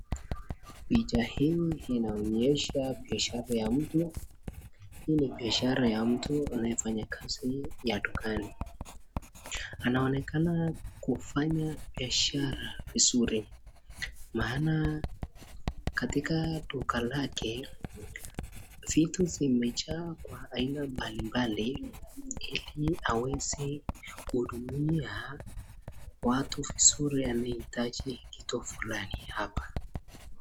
Picha hii inaonyesha biashara ya mtu. Hii ni biashara ya mtu anayefanya kazi ya dukani. Anaonekana kufanya biashara vizuri, maana katika duka lake vitu vimejaa kwa aina mbalimbali ili aweze kuhudumia watu vizuri, anahitaji kitu fulani hapa.